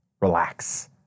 relax